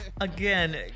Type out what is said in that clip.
Again